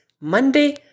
Monday